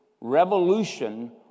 revolution